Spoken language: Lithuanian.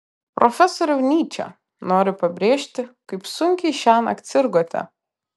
profesoriau nyče noriu pabrėžti kaip sunkiai šiąnakt sirgote